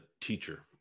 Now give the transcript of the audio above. teacher